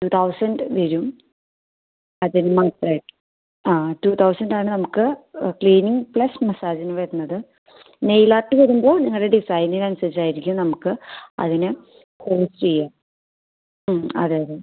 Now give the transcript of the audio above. to thousand വരും അതിന് മാത്രമായിട്ട് ആ ടു തൗസൻഡ് ആണ് നമുക്ക് ക്ലീനിങ്ങ് പ്ലസ് മസാജിന് വരുന്നത് നെയിൽ ആർട്ട് വരുമ്പോൾ നിങ്ങളുടെ ഡിസൈനിനനുസരിച്ചായിരിക്കും നമുക്ക് അതിന് കോസ്റ്റ് ചെയ്യുക ഉം അതെ അതെ